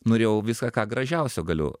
norėjau viską ką gražiausio galiu